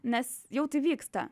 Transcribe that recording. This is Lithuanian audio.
nes jau tai vyksta